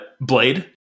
Blade